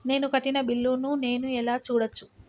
నేను కట్టిన బిల్లు ను నేను ఎలా చూడచ్చు?